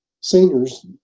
seniors